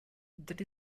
that